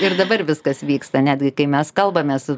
ir dabar viskas vyksta netgi kai mes kalbamės su